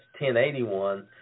1081